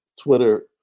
Twitter